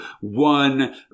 one